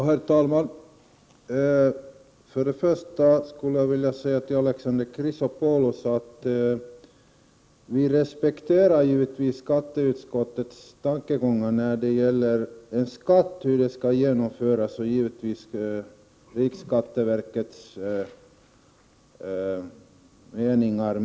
Herr talman! Jag skulle först vilja säga till Alexander Chrisopoulos att vi givetvis respekterar skatteutskottets tankegångar om hur en skatt skall genomföras. Vi respekterar givetvis även riksskatteverkets uppfattning.